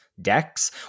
decks